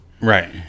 right